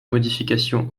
modifications